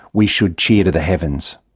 we should cheer to the heavens.